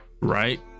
Right